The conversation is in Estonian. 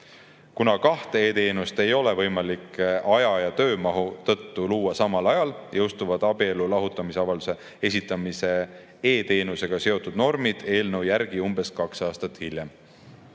Kuna kahte e‑teenust ei ole võimalik aja ja töömahu tõttu luua samal ajal, jõustuvad abielu lahutamise avalduse esitamise e‑teenusega seotud normid eelnõu järgi umbes kaks aastat hiljem.